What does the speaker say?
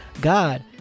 God